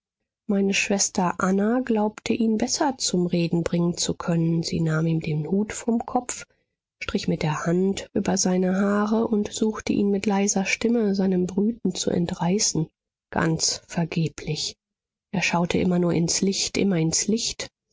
meine schwester anna glaubte ihn besser zum reden bringen zu können sie nahm ihm den hut vom kopf strich mit der hand über seine haare und suchte ihn mit leiser stimme seinem brüten zu entreißen ganz vergeblich er schaute immer nur ins licht immer ins licht